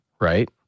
right